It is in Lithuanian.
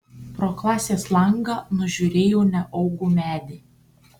pro klasės langą nužiūrėjau neaugų medį